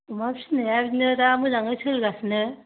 अमा फिसिनाया ओरैनो दा मोजाङै सोलिगासिनो